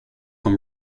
tom